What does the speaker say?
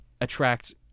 attract